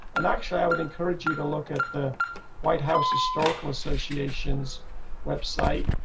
and actually, i would encourage you to look at the white house historical association's website,